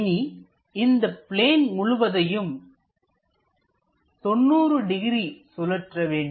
இனி இந்த பிளேன் முழுவதையும் 90 டிகிரி சுழற்ற வேண்டும்